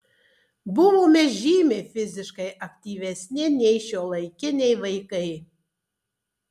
buvome žymiai fiziškai aktyvesni nei šiuolaikiniai vaikai